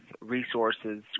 resources